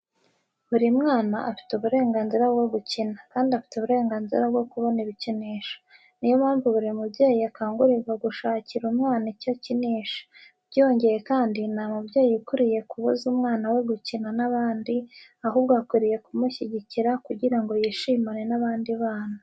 Buri mwana afite uburenganzira bwo gukina, kandi afite uburenganzira bwo kubona ibikinisho. Ni yo mpamvu buri mubyeyi akangurirwa gushakira umwana icyo akinisha. Byongeye kandi, nta mubyeyi ukwiriye kubuza umwana we gukina n'abandi, ahubwo akwiriye kumushyigikira kugira ngo yishimane n'abandi bana.